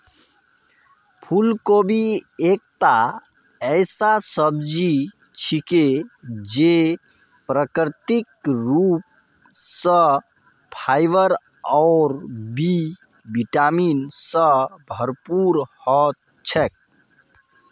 फूलगोभी एकता ऐसा सब्जी छिके जे प्राकृतिक रूप स फाइबर और बी विटामिन स भरपूर ह छेक